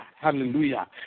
Hallelujah